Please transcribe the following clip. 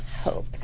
Hope